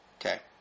Okay